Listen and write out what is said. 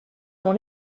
dans